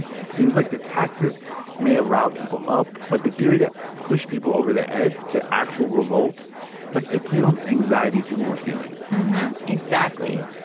it seems like the taxes may have riled people up. but the theory that pushed people over the edge to actual revolt like, it played on anxieties people were feeling exactly.